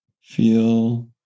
Feel